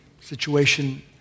situation